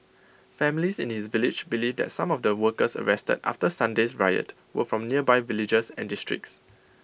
families in his village believe that some of the workers arrested after Sunday's riot were from nearby villages and districts